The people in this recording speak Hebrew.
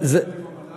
מי יפקח עליהם, המל"ג?